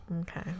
Okay